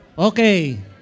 Okay